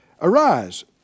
Arise